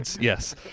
yes